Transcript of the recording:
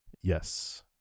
Yes